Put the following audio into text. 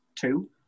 two